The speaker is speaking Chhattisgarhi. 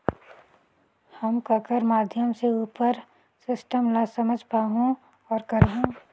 हम ककर माध्यम से उपर सिस्टम ला समझ पाहुं और करहूं?